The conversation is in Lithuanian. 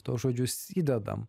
tuos žodžius įdedam